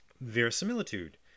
Verisimilitude